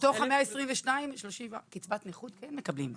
מתוך 122,000 30 קצבת נכות כן מקבלים.